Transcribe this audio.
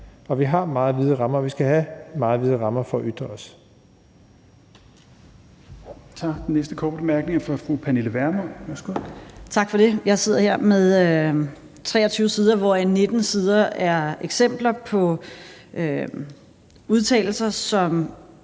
vi har meget vide rammer, og vi skal have meget vide rammer for at ytre os.